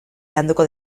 landuko